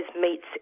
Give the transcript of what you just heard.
meets